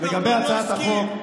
לגבי הצעת החוק,